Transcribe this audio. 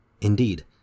Indeed